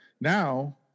Now